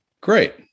great